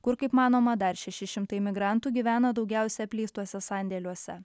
kur kaip manoma dar šeši šimtai migrantų gyvena daugiausia apleistuose sandėliuose